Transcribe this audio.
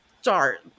start